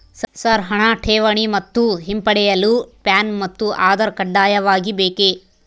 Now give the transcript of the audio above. Sir ಹಣ ಠೇವಣಿ ಮತ್ತು ಹಿಂಪಡೆಯಲು ಪ್ಯಾನ್ ಮತ್ತು ಆಧಾರ್ ಕಡ್ಡಾಯವಾಗಿ ಬೇಕೆ?